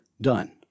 done